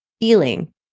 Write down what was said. feeling